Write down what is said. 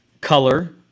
color